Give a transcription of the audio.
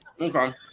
Okay